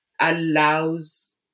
allows